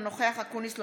אינו נוכח אופיר אקוניס,